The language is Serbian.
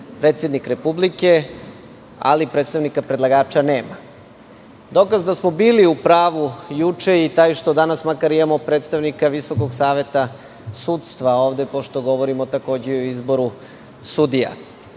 predsednik Republike, ali predstavnika predlagača nema. Dokaz da smo bili u pravu juče je taj što danas makar imamo predstavnika Visokog saveta sudstva ovde, pošto govorimo takođe i o izboru sudija. Da